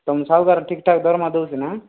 ତୁମ ସାହୁକାର ଠିକ୍ଠାକ୍ ଦରମା ଦେଉଛି ନା